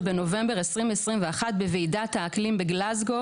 שבנובמבר 2021 בוועידת האקלים בגלזגו